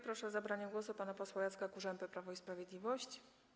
Proszę o zabranie głosu pana posła Jacka Kurzępę, Prawo i Sprawiedliwość.